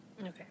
Okay